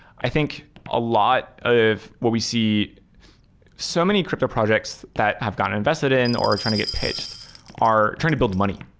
i think a lot of what we see so many crypto projects that have gone invested in or trying to get pitched are trying to build money.